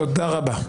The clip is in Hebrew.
תודה רבה.